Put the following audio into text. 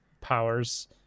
powers